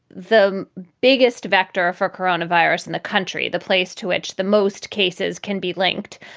the biggest vector for coronavirus in the country. the place to which the most cases can be linked.